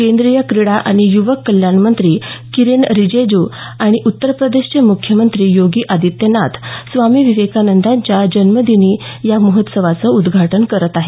केंद्रीय क्रीडा आणि युवक कल्याणमंत्री किरेन रिजीजू आणि उत्तरप्रदेशचे मुख्यमंत्री योगी आदित्यनाथ स्वामी विवेकानंदांच्या जन्मदिनी या महोत्सवाचं उद्धाटन करत आहेत